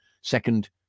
second